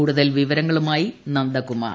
കൂടുതൽ വിവരങ്ങളുമായി നന്ദകുമാർ